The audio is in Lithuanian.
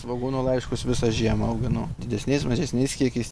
svogūnų laiškus visą žiemą auginu didesniais mažesniais kiekiais